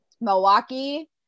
milwaukee